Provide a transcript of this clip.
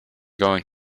going